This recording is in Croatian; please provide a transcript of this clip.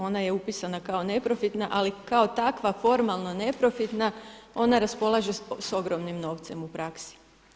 Ona je upisana kao neprofitna, ali kao takva formalno neprofitna ona raspolaže sa ogromnim novcem u praksi.